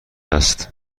است